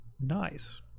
nice